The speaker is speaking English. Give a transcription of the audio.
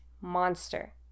monster